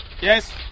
yes